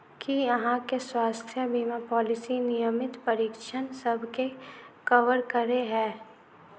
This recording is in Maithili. की अहाँ केँ स्वास्थ्य बीमा पॉलिसी नियमित परीक्षणसभ केँ कवर करे है?